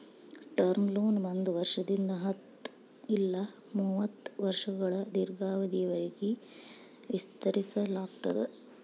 term loan ಒಂದ್ ವರ್ಷದಿಂದ ಹತ್ತ ಇಲ್ಲಾ ಮೂವತ್ತ ವರ್ಷಗಳ ದೇರ್ಘಾವಧಿಯವರಿಗಿ ವಿಸ್ತರಿಸಲಾಗ್ತದ